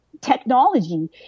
technology